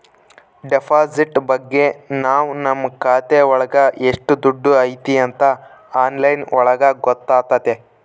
deposit ಬಗ್ಗೆ ನಾವ್ ನಮ್ ಖಾತೆ ಒಳಗ ಎಷ್ಟ್ ದುಡ್ಡು ಐತಿ ಅಂತ ಆನ್ಲೈನ್ ಒಳಗ ಗೊತ್ತಾತತೆ